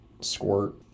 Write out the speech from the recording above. squirt